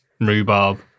rhubarb